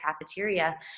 cafeteria